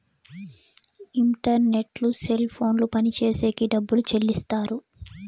internet cell ఫోన్లు పనిచేసేకి డబ్బులు చెల్లిస్తారు